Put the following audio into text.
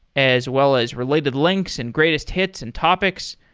as well as related links and greatest hits and topics.